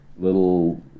little